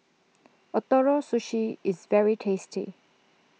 Ootoro Sushi is very tasty